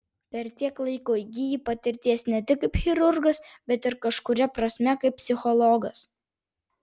per tiek laiko įgyji patirties ne tik kaip chirurgas bet ir kažkuria prasme kaip psichologas